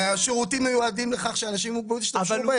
הרי השירותים מיועדים לכך שאנשים עם מוגבלות ישתמשו בהם.